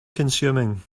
consuming